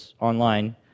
online